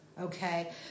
Okay